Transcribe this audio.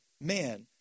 man